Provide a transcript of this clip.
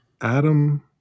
adam